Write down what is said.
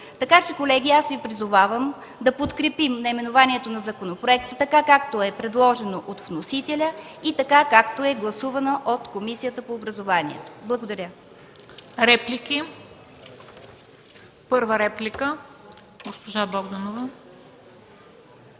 Така че, колеги, аз Ви призовавам да подкрепим наименованието на законопроекта, както е предложено от вносителя и както е гласувано от Комисията по образованието. Благодаря. ПРЕДСЕДАТЕЛ МЕНДА СТОЯНОВА: Реплики? Първа реплика – госпожа Богданова.